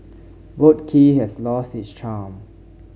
Boat Quay has lost its charm